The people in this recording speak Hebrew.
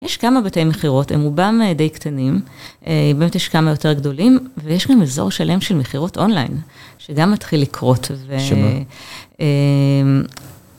יש כמה בתי מכירות, הם רובם די קטנים, באמת יש כמה יותר גדולים ויש גם אזור שלם של מכירות אונליין, שגם מתחיל לקרות.. שמה?